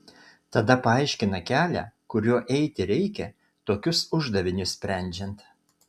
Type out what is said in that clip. tada paaiškina kelią kuriuo eiti reikia tokius uždavinius sprendžiant